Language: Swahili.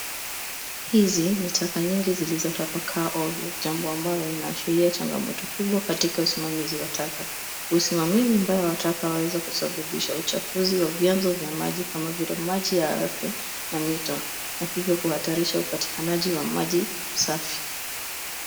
Hizi ni taka nyingi zilizotapakaa ovyo, jambo ambalo linaashiria changamoto kubwa katika usimamizi wa taka. Usimamizi mbaya wa taka waweza kusababisha uchafuzi wa vyanzo vya maji kama vile maji ya ardhi na mito na hivyo kuhatarisha upatikanaji wa maji safi.